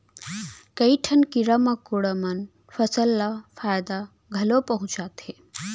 कई ठन कीरा मकोड़ा मन फसल ल फायदा घलौ पहुँचाथें